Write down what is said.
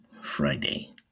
Friday